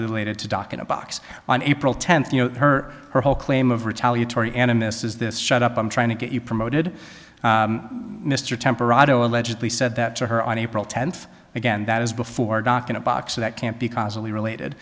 related to doc in a box on april tenth you know her whole claim of retaliatory animists is this shut up i'm trying to get you promoted mr temper otto allegedly said that to her on april tenth again that is before doc in a box that can't because only related